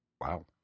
Wow